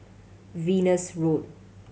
Venus Road